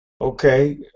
Okay